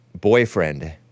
boyfriend